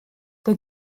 der